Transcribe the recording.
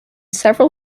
several